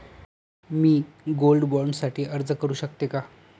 मी gold bond साठी अर्ज करु शकते का?